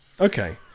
Okay